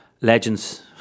legends